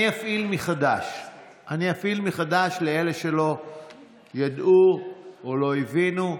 אני אפעיל מחדש לאלה שלא ידעו או לא הבינו.